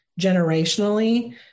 generationally